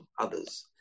others